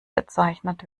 bezeichnet